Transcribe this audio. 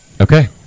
Okay